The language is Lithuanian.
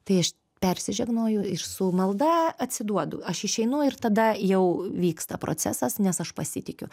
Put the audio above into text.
tai aš persižegnoju ir su malda atsiduodu aš išeinu ir tada jau vyksta procesas nes aš pasitikiu